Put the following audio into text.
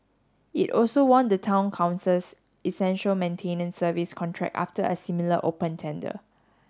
it also won the Town Council's essential maintenance service contract after a similar open tender